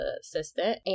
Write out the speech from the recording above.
assistant